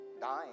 dying